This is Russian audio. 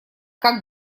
как